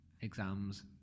exams